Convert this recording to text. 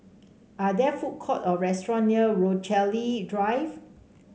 are there food court or restaurant near Rochalie Drive